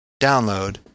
download